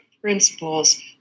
principles